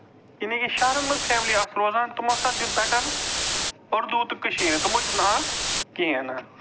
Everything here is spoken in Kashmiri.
یعنے کہِ شہرَن منٛز فیملی اکھ روزان تِمَو ہسا دیُت بیٹر پرتوٗت تہٕ کٔشیٖرِ تِمَو دیُت نہٕ اَتھ کِہیٖنٛۍ نہٕ